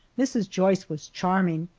mrs. joyce was charming,